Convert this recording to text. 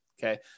Okay